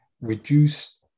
reduce